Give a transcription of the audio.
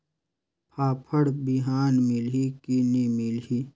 फाफण बिहान मिलही की नी मिलही?